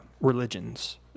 religions